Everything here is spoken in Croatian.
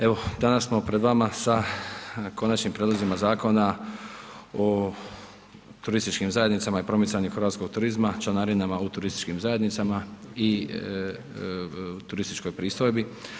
Evo danas smo pred vama sa konačnim prijedlozima Zakona o turističkim zajednicama i promicanju hrvatskog turizma, članarinama u turističkim zajednicama i turističkoj pristojbi.